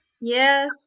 Yes